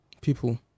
people